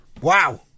Wow